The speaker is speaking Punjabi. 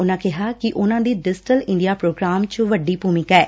ਉਨਾਂ ਕਿਹਾ ਕਿ ਉਨਾਂ ਦੀ ਡਿਜੀਟਲ ਇੰਡੀਆ ਪ੍ਰੋਗਰਾਮ ਚ ਵੱਡੀ ਭੁਮਿਕਾ ਐ